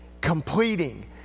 completing